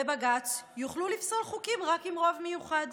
בבג"ץ יוכלו לפסול חוקים רק עם רוב מיוחד,